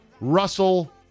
Russell